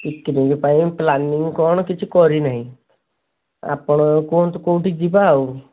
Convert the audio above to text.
picnic ପାଇଁ planning କ'ଣ କିଛି କରି ନାହିଁ ଆପଣ କୁହନ୍ତୁ କେଉଁଠି ଯିବା ଆଉ